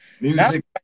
music